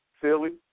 Philly